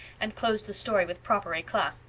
and closed the story with proper eclat.